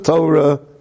Torah